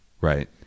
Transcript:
Right